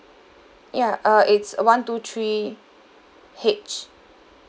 ya uh it's uh one two three H